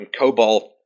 COBOL